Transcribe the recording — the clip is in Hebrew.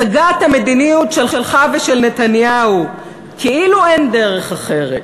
הצגת המדיניות שלך ושל נתניהו כאילו אין דרך אחרת